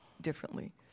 differently